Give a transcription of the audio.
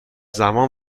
زمان